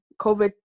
COVID